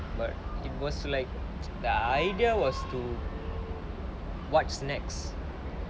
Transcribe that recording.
but it was like the idea was to what's next